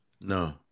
No